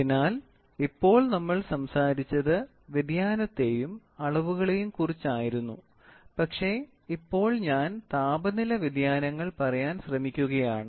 അതിനാൽ ഇപ്പോൾ നമ്മൾ സംസാരിച്ചത് വ്യതിയാനത്തെയും അളവുകളെയും കുറിച്ചായിരുന്നു പക്ഷേ ഇപ്പോൾ ഞാൻ താപനില വ്യതിയാനങ്ങൾ പറയാൻ ശ്രമിക്കുകയാണ്